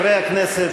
(חברי הכנסת